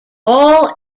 all